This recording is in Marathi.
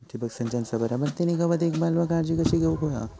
ठिबक संचाचा बराबर ती निगा व देखभाल व काळजी कशी घेऊची हा?